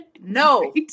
no